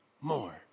more